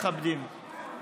מכבדים.